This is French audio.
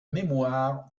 mémoire